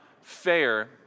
fair